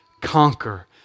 conquer